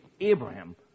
Abraham